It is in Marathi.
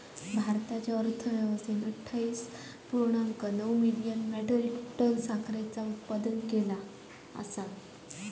भारताच्या अर्थव्यवस्थेन अट्ठावीस पुर्णांक नऊ मिलियन मेट्रीक टन साखरेचा उत्पादन केला